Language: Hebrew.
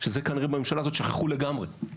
שזה דבר שבממשלה הזאת כנראה שכחו לגמרי.